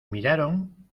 miraron